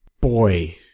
boy